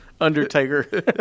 Undertaker